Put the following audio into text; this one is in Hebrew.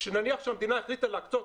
שנניח שהמדינה החליטה להקצות